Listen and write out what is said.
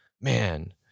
man